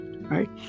right